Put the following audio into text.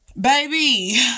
Baby